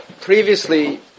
previously